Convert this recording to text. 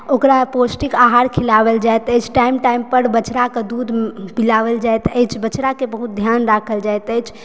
ओकरा पौष्टिक आहार खिलाओल जायत अछि टाइम टाइम पर बछड़ा के दूध पिलाओल जाइत अछि बछड़ा के बहुत ध्यान राखल जाइत अछि